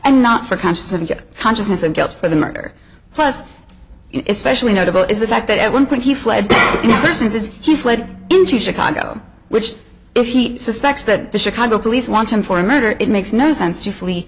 and not for conscious of get consciousness of guilt for the murder plus especially notable is the fact that at one point he fled distances he fled into chicago which if he suspects that the chicago police want him for murder it makes no sense to flee